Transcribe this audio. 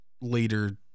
later